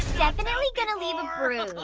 definitely gonna leave um ah